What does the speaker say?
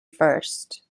first